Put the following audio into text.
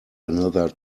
another